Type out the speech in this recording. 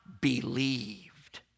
believed